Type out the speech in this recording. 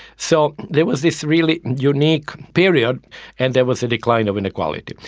so there was this really unique period and there was a decline of inequality.